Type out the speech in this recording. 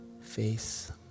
face